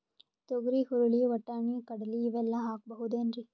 ತೊಗರಿ, ಹುರಳಿ, ವಟ್ಟಣಿ, ಕಡಲಿ ಇವೆಲ್ಲಾ ಹಾಕಬಹುದೇನ್ರಿ?